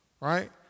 right